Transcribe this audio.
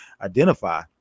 identify